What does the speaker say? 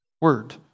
word